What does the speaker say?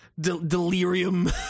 delirium